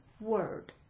word